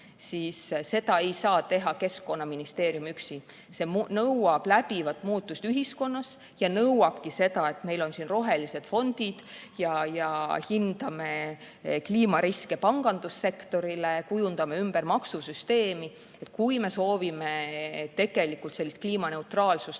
siis seda ei saa teha Keskkonnaministeerium üksi. See nõuab läbivat muutust ühiskonnas ja nõuabki seda, et meil on rohelised fondid ja me hindame kliimariske pangandussektorile, kujundame ümber maksusüsteemi. Kui me soovime tegelikult sellist kliimaneutraalsust